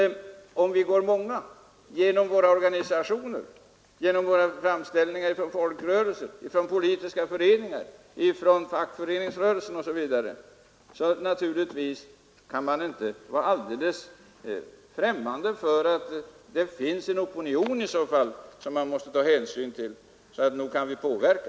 Går vi däremot många av oss till Sveriges Radio genom våra organisationer, genom våra folkrörelser, politiska föreningar, fackföreningar osv., kan Sveriges Radio inte vara främmande för att det finns en opinion, som man måste ta hänsyn till. Så nog kan vi påverka.